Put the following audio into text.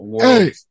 Hey